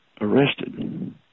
arrested